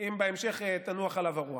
אם בהמשך תנוח עליו הרוח.